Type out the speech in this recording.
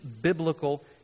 biblical